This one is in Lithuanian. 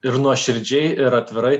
ir nuoširdžiai ir atvirai